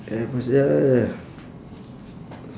april s~ ya ya